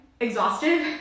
exhausted